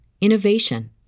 innovation